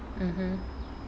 mmhmm